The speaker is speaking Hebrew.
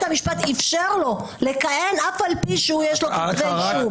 המשפט אפשר לו לכהן אף על פי שיש לו כתבי אישום.